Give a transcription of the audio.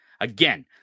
again